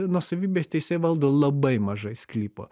nuosavybės teise valdo labai mažai sklypo